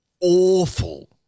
awful